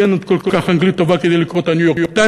כי לי אין עוד אנגלית כל כך טובה כדי לקרוא את ה"ניו-יורק טיימס",